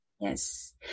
yes